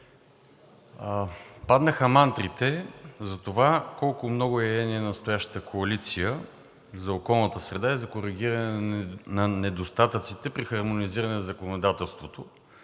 Паднаха мантрите за това колко много я е еня настоящата коалиция за околната среда и за коригиране на недостатъците при хармонизиране в законодателството